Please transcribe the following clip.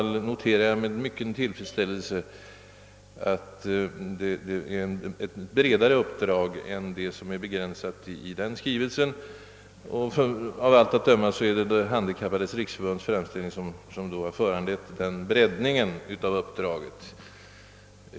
Jag noterar med stor tillfredsställelse att uppdraget inte är så begränsat som riksdagens skrivelse kan låta förmoda, utan att det är betydligt bredare. Av allt att döma är det framställningen från De handikappades riksförbund som föranlett denna breddning av uppdraget.